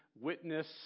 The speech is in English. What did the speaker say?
witness